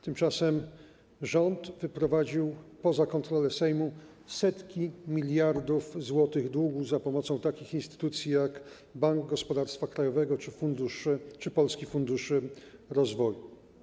Tymczasem rząd wyprowadził poza kontrolę Sejmu setki miliardów złotych długu za pomocą takich instytucji jak Bank Gospodarstwa Krajowego czy Polski Fundusz Rozwoju.